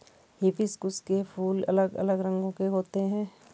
hibiscus के फूल अलग अलग रंगो के होते है